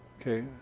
Okay